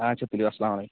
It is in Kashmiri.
اچھا تُلِو اسلام وعلیکُم